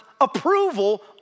approval